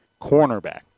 cornerback